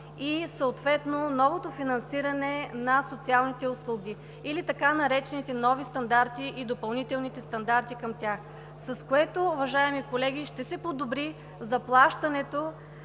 и съответно новото финансиране на социалните услуги или така наречените нови стандарти и допълнителните стандарти към тях, с което, уважаеми колеги, ще се подобри заплащането